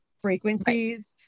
frequencies